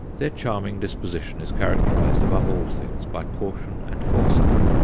their charming disposition is characterized above all things by caution and foresight.